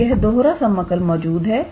तो यह दोहरा समाकल मौजूद है